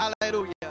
Hallelujah